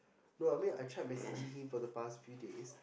no I mean I tried messaging him for the past few days